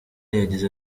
yagize